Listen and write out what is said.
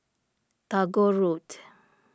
Tagore Road